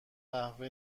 قهوه